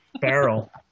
barrel